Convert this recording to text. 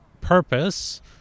purpose